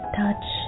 touch